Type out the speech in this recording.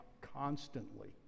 constantly